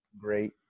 great